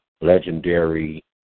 legendary